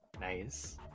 Nice